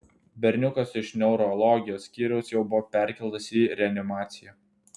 berniukas iš neurologijos skyriaus jau buvo perkeltas į reanimaciją